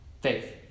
faith